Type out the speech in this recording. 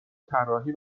طراحی